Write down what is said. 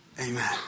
Amen